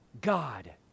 God